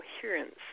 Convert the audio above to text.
coherence